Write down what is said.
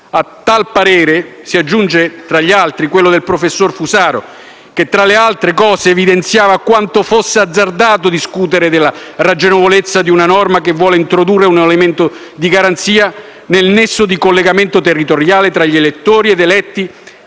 A tale parere si aggiunge tra gli altri quello del professor Fusaro che, tra le altre cose, evidenziava quanto fosse azzardato discutere della ragionevolezza di una norma che vuole introdurre un elemento di garanzia del nesso di collegamento territoriale tra elettori ed eletti